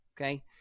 okay